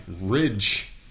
Ridge